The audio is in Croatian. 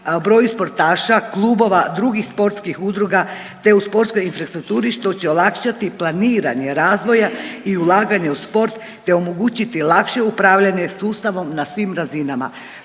broju sportaša, klubova drugih sportskih udruga, te u sportskoj infrastrukturi što će olakšati planiranje razvoja i ulaganje u sport, te omogućiti lakše upravljanje sustavom na svim razinama.